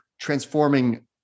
transforming